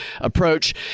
approach